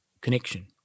connection